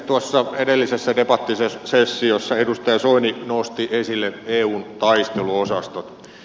tuossa edellisessä debattisessiossa edustaja soini nosti esille eun taisteluosaston